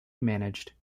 managed